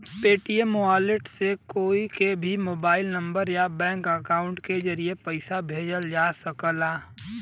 Paytm wallet से कोई के भी मोबाइल नंबर या बैंक अकाउंट के जरिए पइसा भेजल जा सकला